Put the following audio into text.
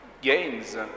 gains